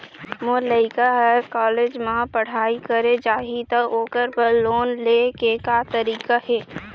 मोर लइका हर कॉलेज म पढ़ई करे जाही, त ओकर बर लोन ले के का तरीका हे?